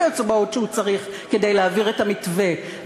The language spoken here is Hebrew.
האצבעות שהוא צריך בשביל להעביר את המתווה,